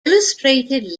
illustrated